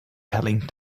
telling